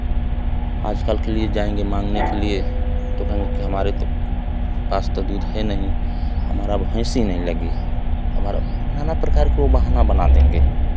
आज कल के लिए जायेंगे मांगने के लिए तो कहेंगे कि हमारे तो पास तो दूध है नहीं हमारा भैंस हीं नहीं लगी नाना प्रकार के बहाना वो बना देंगे